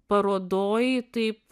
parodoj taip